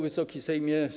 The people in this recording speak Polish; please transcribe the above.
Wysoki Sejmie!